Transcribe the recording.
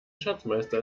schatzmeister